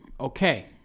Okay